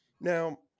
Now